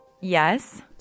Yes